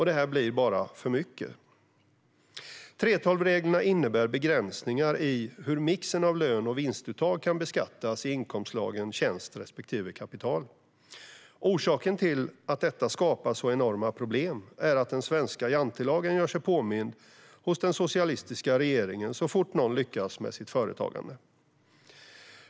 Det här blir bara för mycket. 3:12-reglerna innebär begränsningar i hur mixen av lön och vinstuttag kan beskattas i inkomstslagen tjänst respektive kapital. Orsaken till att detta skapar så enorma problem är att den svenska jantelagen gör sig påmind hos den socialistiska regeringen så fort någon lyckas med sitt företagande.